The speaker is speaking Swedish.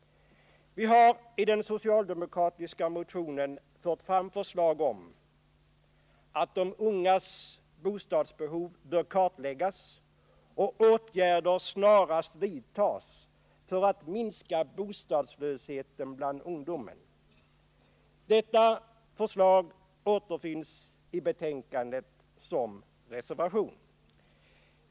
Vi hari den socialdemokratiska motionen fört fram förslag om att de ungas bostadsbehov skall kartläggas och om att åtgärder snarast skall vidtas för att minska bostadslösheten bland ungdomen. Detta förslag återfinns i betänkandet i form av en reservation.